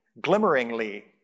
glimmeringly